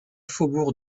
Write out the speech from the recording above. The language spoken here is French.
faubourg